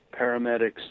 paramedics